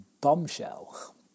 Bombshell